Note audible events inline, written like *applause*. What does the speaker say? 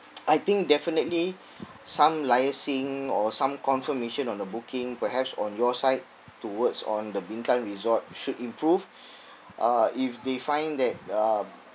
*noise* I think definitely some liaising or some confirmation on the booking perhaps on your side towards on the bintan resort should improve uh if they find that uh